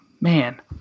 man